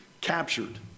captured